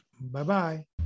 Bye-bye